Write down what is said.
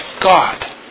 God